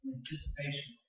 anticipation